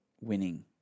winning